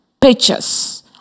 pictures